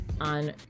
on